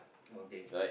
okay